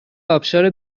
آبشار